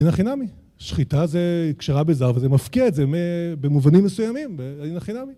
הנה חינמי. שחיטה זה היא כשרה בזהב, זה מפקיע, זה במובנים מסוימים, הנה חינמי.